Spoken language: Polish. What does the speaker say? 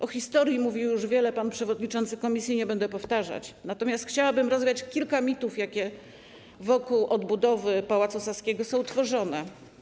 O historii mówił już wiele pan przewodniczący komisji, nie będę powtarzać, natomiast chciałabym rozwiać kilka mitów, jakie wokół odbudowy Pałacu Saskiego są tworzone.